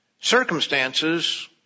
circumstances